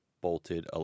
bolted